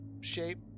shape